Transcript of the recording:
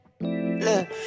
Look